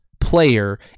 player